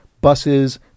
buses